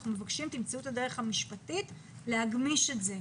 אנחנו מבקשים שתמצאו את הדרך המשפטית להגמיש את זה.